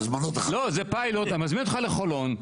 אני מזמין אותך לחולון,